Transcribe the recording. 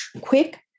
quick